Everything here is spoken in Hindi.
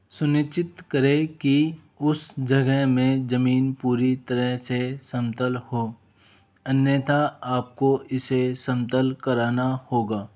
सुनिश्चित करें कि उस जगह में जमीन पूरी तरह से समतल हो अन्यथा आपको इसे समतल कराना होगा